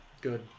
Good